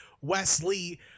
Wesley